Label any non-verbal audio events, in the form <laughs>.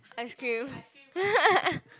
ice-cream <laughs>